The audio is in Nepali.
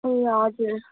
ए हजुर